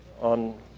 on